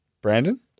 Brandon